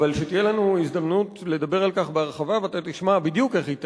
אבל שתהיה לנו הזדמנות לדבר על כך בהרחבה ואתה תשמע בדיוק איך היא תעלה.